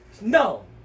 No